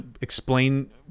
explain